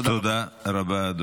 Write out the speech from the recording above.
תודה רבה.